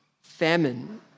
famine